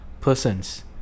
persons